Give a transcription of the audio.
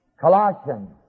Colossians